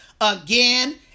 again